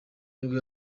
nibwo